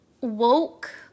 woke